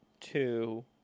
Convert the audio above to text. two